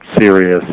serious